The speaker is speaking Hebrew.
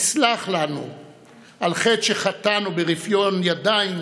יסלח לנו על חטא שחטאנו ברפיון ידיים,